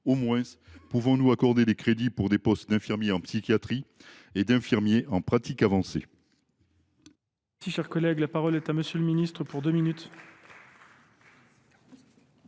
au moins accorder des crédits à des postes d’infirmiers en psychiatrie et d’infirmiers en pratique avancée